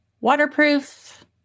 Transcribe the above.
waterproof